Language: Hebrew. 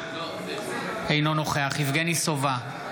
אינו נוכח יבגני סובה,